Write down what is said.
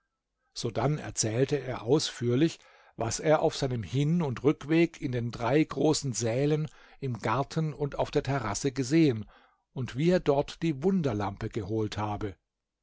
sodann erzählte er ausführlich was er auf seinem hin und rückweg in den drei großen sälen im garten und auf der terrasse gesehen und wie er dort die wunderlampe geholt habe